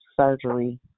surgery